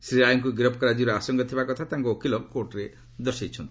ଶ୍ରୀ ରାଇଙ୍କୁ ଗିରଫ୍ କରାଯିବାର ଆଶଙ୍କା ଥିବା କଥା ତାଙ୍କ ଓକିଲ କୋର୍ଟ୍ରେ ଦର୍ଶାଇଛନ୍ତି